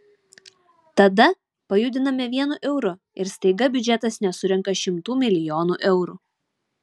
tada pajudiname vienu euru ir staiga biudžetas nesurenka šimtų milijonų eurų